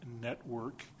network